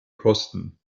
kosten